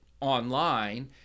online